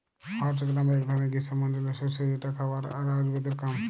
horse gram এক ধরলের গ্রীস্মমন্ডলীয় শস্য যেটা খাবার আর আয়ুর্বেদের কাম